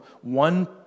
one